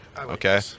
Okay